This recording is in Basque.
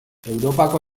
europako